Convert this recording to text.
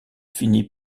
finit